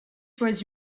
was